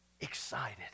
excited